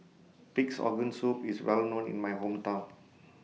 Pig'S Organ Soup IS Well known in My Hometown